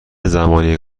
زمانی